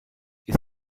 ist